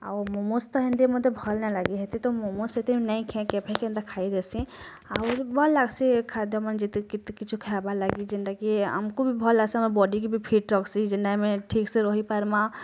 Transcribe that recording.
ଆଉ ମୋମୋସ୍ ତ ହେନ୍ତି ମୋତେ ଭଲ ନ ଲାଗେ ହେନ୍ତି ତ ମୋମୋସ୍ ସେଥିରୁ ନେଇ ଖେଏ କେନ୍ତି ଖାଇ ଆସିଛି ଆଉରୁ ଭଲ ଲାଗସି ଖାଦ୍ୟ କିଛି ଖାଇବାର୍ ଲାଗି ଯେନ୍ତା କି ଆମକୁ ବି ଭଲ ଲାଗ୍ସି ବଡ଼ିକୁ ବି ଫିଟ୍ ଅଛି ଯେନ୍ତା ଆମେ ଠିକ୍ ସେ ରହିପାର୍ମା